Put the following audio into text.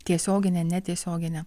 tiesioginę netiesioginę